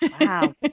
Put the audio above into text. wow